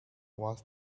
was